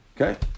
Okay